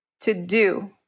to-do